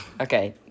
Okay